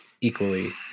equally